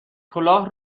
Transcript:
کلاه